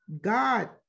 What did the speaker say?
God